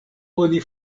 oni